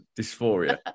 dysphoria